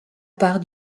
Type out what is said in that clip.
part